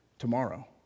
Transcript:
tomorrow